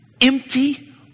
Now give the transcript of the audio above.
empty